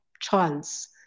chance